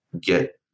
get